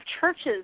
churches